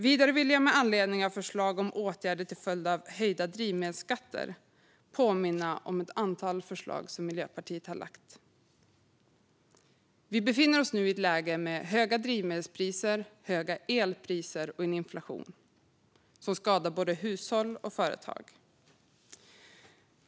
Vidare vill jag med anledning av förslag om åtgärder till följd av höjda drivmedelsskatter påminna om ett antal förslag som Miljöpartiet har lagt fram. Vi befinner oss i ett läge med höga drivmedelspriser, höga elpriser och en inflation som skadar både hushåll och företag.